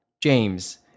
James